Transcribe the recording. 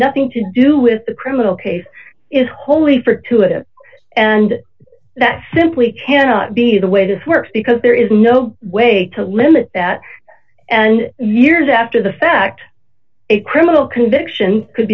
nothing to do with the criminal case is holy for to it and that simply cannot be the way this works because there is no way to limit that and years after the fact a criminal conviction could